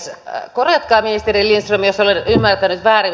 korjatkaa ministeri lindström jos olen ymmärtänyt väärin